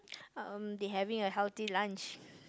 um they having a healthy lunch